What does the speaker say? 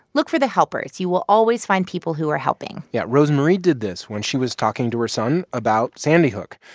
look for the helpers. you will always find people who are helping yeah. rosemarie did this when she was talking to her son about sandy hook.